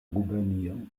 gubernio